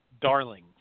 darling